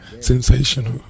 Sensational